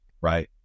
right